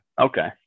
Okay